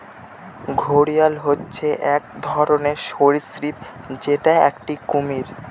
ঘড়িয়াল হচ্ছে এক ধরনের সরীসৃপ যেটা একটি কুমির